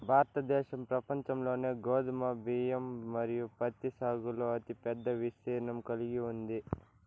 భారతదేశం ప్రపంచంలోనే గోధుమ, బియ్యం మరియు పత్తి సాగులో అతిపెద్ద విస్తీర్ణం కలిగి ఉంది